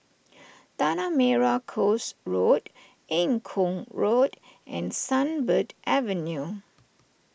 Tanah Merah Coast Road Eng Kong Road and Sunbird Avenue